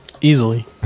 Easily